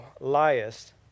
liest